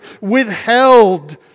withheld